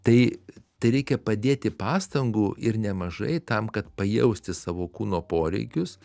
tai tai reikia padėti pastangų ir nemažai tam kad pajausti savo kūno poreikius